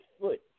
foot